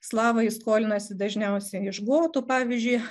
slavai skolinasi dažniausiai iš gotų pavyzdžiui